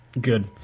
Good